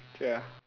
okay ah